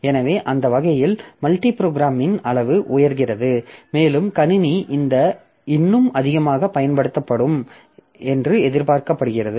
எனவே அந்த வகையில் மல்டி புரோகிராமிங்கின் அளவு உயர்கிறது மேலும் கணினி இன்னும் அதிகமாகப் பயன்படுத்தப்படும் என்று எதிர்பார்க்கப்படுகிறது